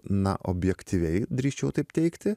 na objektyviai drįsčiau taip teigti